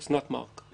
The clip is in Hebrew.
אוסנת מארק.